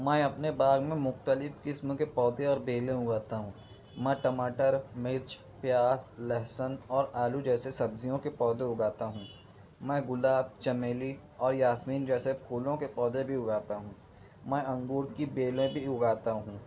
میں اپنے باغ میں مختلف قسم کے پودے اور بیلیں اگاتا ہوں میں ٹماٹر مرچ پیاز لہسن اور آلو جیسے سبزیوں کے پودے اگاتا ہوں میں گلاب چنبیلی اور یاسمین جیسے پھولوں کے پودے بھی اگاتا ہوں میں انگور کی بیلیں بھی اگاتا ہوں